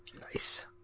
Nice